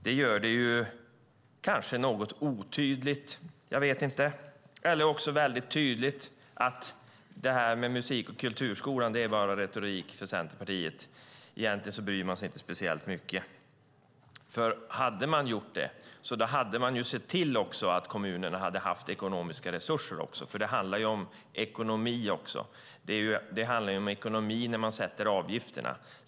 Det gör det något otydligt eller också mycket tydligt att detta med musik och kulturskolan bara är retorik för Centerpartiet. Egentligen bryr man sig inte speciellt mycket. Hade man gjort det hade man sett till att kommunerna hade haft ekonomiska resurser. Det handlar nämligen även om ekonomi. Det handlar om ekonomi när man sätter avgifterna.